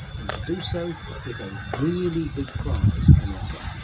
and to do so with a really big prize on offer.